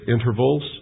intervals